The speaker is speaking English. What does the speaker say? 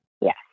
Yes